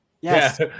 Yes